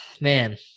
Man